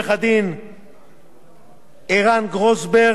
ערן גרוסברגר, וליוסי דסקל,